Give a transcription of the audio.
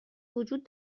وجود